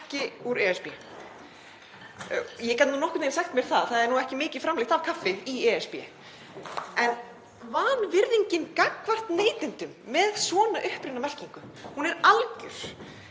ekki úr ESB. Ég gat nokkurn veginn sagt mér að það er ekki mikið framleitt af kaffi í ESB en vanvirðingin gagnvart neytendum með svona upprunamerkingu er alger.